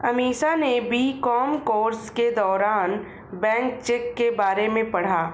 अमीषा ने B Com course के दौरान बैंक चेक के बारे में पढ़ा